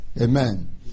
Amen